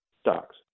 stocks